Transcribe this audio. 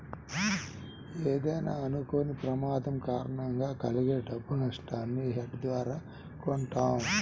ఏదైనా అనుకోని ప్రమాదం కారణంగా కలిగే డబ్బు నట్టాన్ని హెడ్జ్ ద్వారా కొంటారు